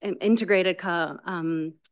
integrated